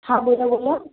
હા બોલો બોલો